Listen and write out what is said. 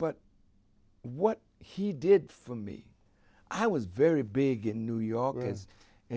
but what he did for me i was very big in new york